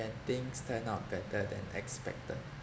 things turn out better than expected